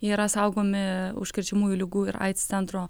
jie yra saugomi užkrečiamųjų ligų ir aids centro